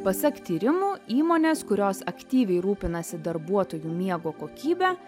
pasak tyrimų įmonės kurios aktyviai rūpinasi darbuotojų miego kokybe